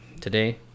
Today